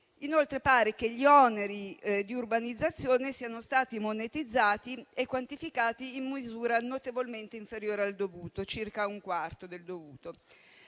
inoltre che gli oneri di urbanizzazione siano stati monetizzati e quantificati in misura notevolmente inferiore al dovuto (circa un quarto del dovuto).